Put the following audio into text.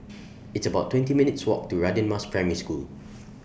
It's about twenty minutes' Walk to Radin Mas Primary School